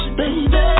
baby